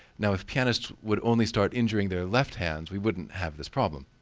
now if pianists would only start injuring their left hands, we wouldn't have this problem.